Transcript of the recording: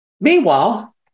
Meanwhile